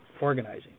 organizing